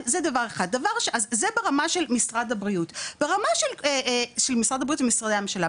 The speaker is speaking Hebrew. זה ברמה של משרד הבריאות ומשרדי הממשלה.